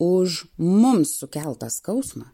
už mums sukeltą skausmą